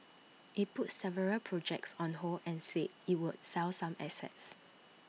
IT put several projects on hold and said IT would sell some assets